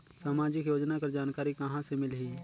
समाजिक योजना कर जानकारी कहाँ से मिलही?